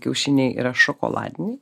kiaušiniai yra šokoladiniai